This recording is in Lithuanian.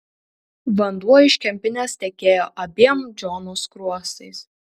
vanduo iš kempinės tekėjo abiem džono skruostais